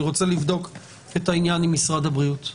רוצה לבדוק את העניין עם משרד הבריאות.